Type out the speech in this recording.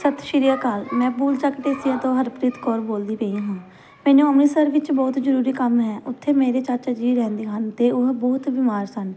ਸਤਿ ਸ਼੍ਰੀ ਅਕਾਲ ਮੈਂ ਭੂਲ ਚੱਕ ਢੇਸੀਆਂ ਤੋਂ ਹਰਪ੍ਰੀਤ ਕੌਰ ਬੋਲਦੀ ਪਈ ਹਾਂ ਮੈਨੂੰ ਅੰਮ੍ਰਿਤਸਰ ਵਿੱਚ ਬਹੁਤ ਜ਼ਰੂਰੀ ਕੰਮ ਹੈ ਉੱਥੇ ਮੇਰੇ ਚਾਚਾ ਜੀ ਰਹਿੰਦੇ ਹਨ ਅਤੇ ਉਹ ਬਹੁਤ ਬਿਮਾਰ ਸਨ